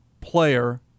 player